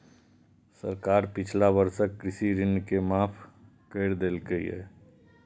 सरकार पिछला वर्षक कृषि ऋण के माफ कैर देलकैए